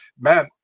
man